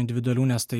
individualių nes tai